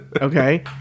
okay